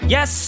Yes